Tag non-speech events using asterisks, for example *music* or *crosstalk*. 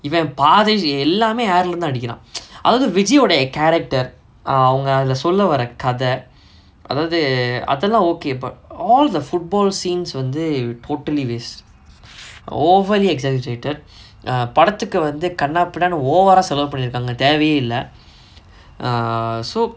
இவ பாதை எல்லாமே:iva paathai ellaamae air leh இருந்துதா அடிக்குரா:irunthuthaa adikkura *noise* அதாவது:athaavathu vijay oh ட:da character ah அவுங்க அதுல சொல்ல வர்ர கத அதாவது அதலா:avunga athula solla varra katha athavathu athala okay but all the football scenes வந்து:vanthu it totally waste *breath* overly exaggerated ah படத்துக்கு வந்து கண்ணாபின்னானு:padathuku vanthu kannaapinnaanu over ah செலவு பண்ணிக்குராங்க தேவயே இல்ல:selavu pannikuraanga thevayae illa err so